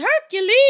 Hercules